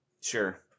Sure